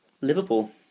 Liverpool